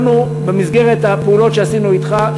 במסגרת הפעולות שעשינו אתך,